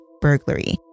burglary